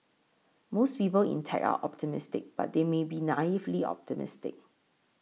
most people in tech are optimistic but they may be naively optimistic